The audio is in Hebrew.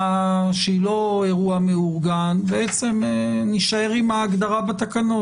שהיא לא אירוע מאורגן נישאר בעצם עם ההגדרה בתקנות,